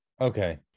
Okay